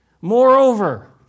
Moreover